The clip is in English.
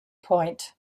point